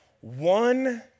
one